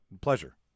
pleasure